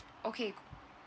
okay